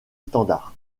standard